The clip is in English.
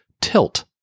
tilt